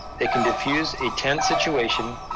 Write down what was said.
they can diffuse a tense situation,